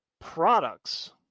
products